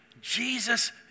Jesus